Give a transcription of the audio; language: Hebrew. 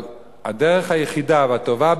אבל הדרך היחידה והטובה ביותר,